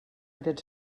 aquest